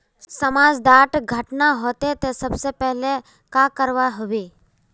समाज डात घटना होते ते सबसे पहले का करवा होबे?